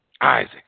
Isaac